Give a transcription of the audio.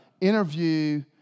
interview